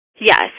Yes